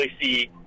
see